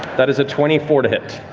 that is a twenty four to hit.